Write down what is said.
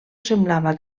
semblava